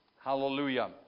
Hallelujah